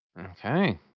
okay